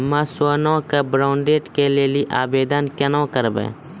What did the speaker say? हम्मे सोना के बॉन्ड के लेली आवेदन केना करबै?